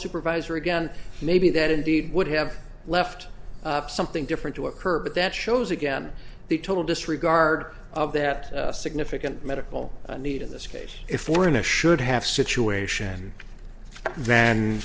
supervisor again maybe that indeed would have left something different to occur but that shows again the total disregard of that significant medical need in this case if we're in a should have situation tha